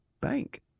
Bank